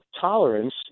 tolerance